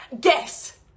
guess